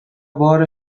بار